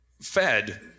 fed